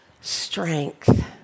strength